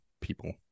people